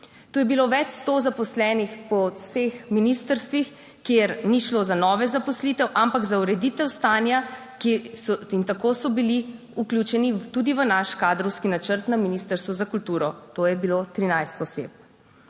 Tu je bilo več sto zaposlenih po vseh ministrstvih, kjer ni šlo za nove zaposlitve, ampak za ureditev stanja. In tako so bili vključeni tudi v naš kadrovski načrt na ministrstvu za kulturo, to je bilo 13 oseb.